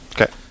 Okay